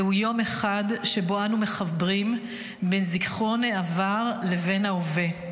זהו יום אחד שבו אנו מחברים בין זיכרון העבר לבין ההווה,